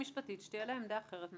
תפסיקו להפריע ותני לו לדבר.